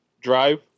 Drive